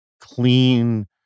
clean